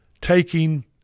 taking